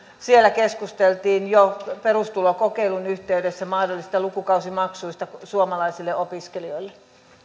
siellä keskusteltiin jo perustulokokeilun yhteydessä mahdollisista lukukausimaksuista suomalaisille opiskelijoille